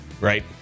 right